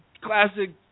classic